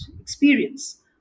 experience